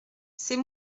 c’est